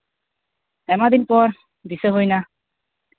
ᱟᱭᱢᱟ ᱫᱤᱱ ᱯᱚᱨ ᱫᱤᱥᱟᱹ ᱦᱩᱭ ᱱᱟ